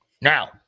Now